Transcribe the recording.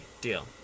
deal